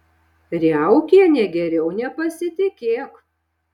riaukiene geriau nepasitikėk